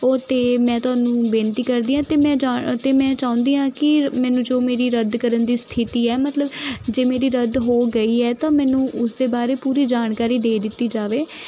ਉਹ ਅਤੇ ਮੈਂ ਤੁਹਾਨੂੰ ਬੇਨਤੀ ਕਰਦੀ ਹਾਂ ਅਤੇ ਮੈਂ ਜਾਣ ਅਤੇ ਮੈਂ ਚਾਹੁੰਦੀ ਹਾਂ ਕਿ ਮੈਨੂੰ ਜੋ ਮੇਰੀ ਰੱਦ ਕਰਨ ਦੀ ਸਥਿਤੀ ਹੈ ਮਤਲਬ ਜੇ ਮੇਰੀ ਰੱਦ ਹੋ ਗਈ ਹੈ ਤਾਂ ਮੈਨੂੰ ਉਸਦੇ ਬਾਰੇ ਪੂਰੀ ਜਾਣਕਾਰੀ ਦੇ ਦਿੱਤੀ ਜਾਵੇ